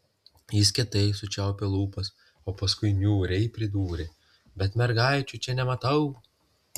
jis kietai sučiaupė lūpas o paskui niūriai pridūrė bet mergaičių čia nematau